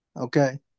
Okay